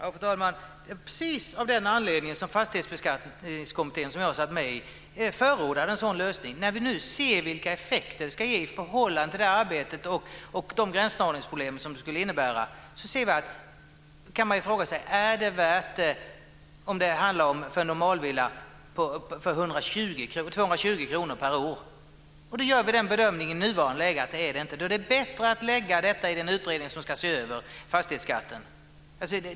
Fru talman! Det är precis av den anledningen som Fastighetsbeskattningskommittén, som jag satt med i, förordar en sådan lösning. När vi ser vilka effekter den ger i förhållande till arbetet och de gränsdragningsproblem som detta skulle innebära går det att fråga sig om det är värt 220 kr per år för en normalvilla. I nuvarande läge gör vi bedömningen att det inte är det. Det är bättre att lägga detta i den utredning som ska se över fastighetsskatten.